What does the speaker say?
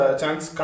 chance